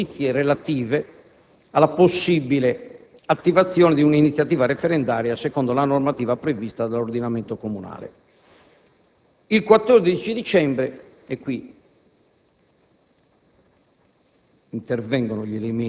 anche in considerazione di notizie relative alla possibile attivazione di un'iniziativa referendaria secondo la normativa prevista dall'ordinamento comunale. Il 14 dicembre, e qui